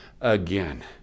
again